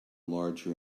large